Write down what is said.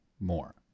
more